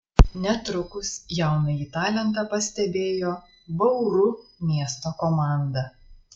netrukus jaunąjį talentą pastebėjo bauru miesto komanda